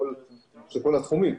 התחומים.